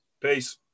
Peace